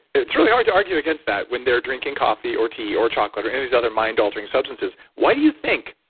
it's really hard to argue against that when they're drinking coffee or tea or chocolate or any of these other mind altering substances, why do you think,